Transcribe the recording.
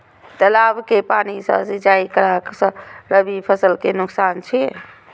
तालाब के पानी सँ सिंचाई करला स रबि फसल के नुकसान अछि?